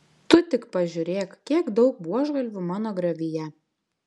tu tik pažiūrėk kiek daug buožgalvių mano griovyje